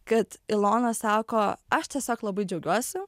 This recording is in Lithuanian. kad ilona sako aš tiesiog labai džiaugiuosi